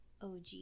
OG